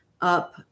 up